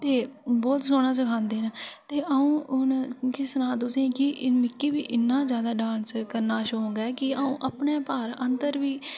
ते बहुत सोह्ना सखांदे न ते अ'ऊं हून केह् सनां तुसें ई कि मिकी बी इन्ना जैदा डांस करना शौक ऐ कि अ'ऊं अपने घर अंदर बी